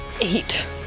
eight